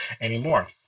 anymore